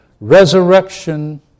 Resurrection